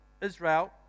Israel